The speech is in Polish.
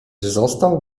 został